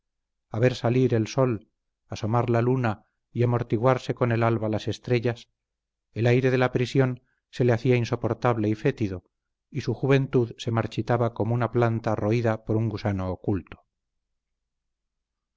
a ver salir el sol asomar la luna y amortiguarse con el alba las estrellas el aire de la prisión se le hacía insoportable y fétido y su juventud se marchitaba como una planta roída por un gusano oculto